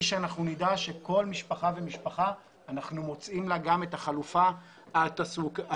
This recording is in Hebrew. שאנחנו נדע שכל משפחה ומשפחה אנחנו מוצאים לה גם את החלופה התעסוקתית.